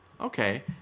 okay